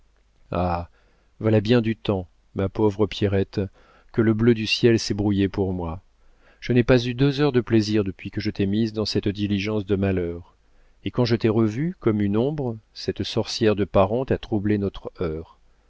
ah voilà bien du temps ma pauvre pierrette que le bleu du ciel s'est brouillé pour moi je n'ai pas eu deux heures de plaisir depuis que je t'ai mise dans cette diligence de malheur et quand je t'ai revue comme une ombre cette sorcière de parente a troublé notre heur